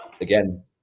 again